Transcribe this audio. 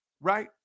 right